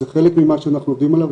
זה חלק ממה שאנחנו עובדים עליו,